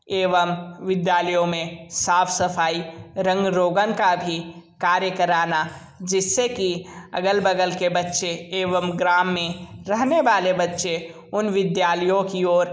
एवं विद्यालयों में साफ़ सफ़ाई रंग रोगन का भी कार्य कराना जिससे की अगल बगल के बच्चे एवं ग्राम में रहने वाले बच्चे उन विद्यालयों की और